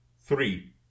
Three